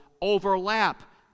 overlap